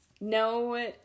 no